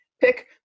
pick